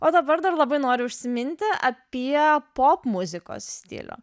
o dabar dar labai noriu užsiminti apie popmuzikos stilių